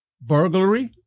burglary